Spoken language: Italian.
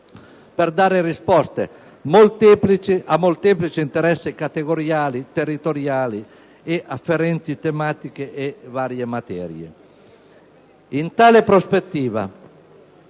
per dare risposte a molteplici interessi categoriali, territoriali, afferenti a singoli tematiche e materie. In tale prospettiva